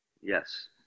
Yes